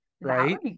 Right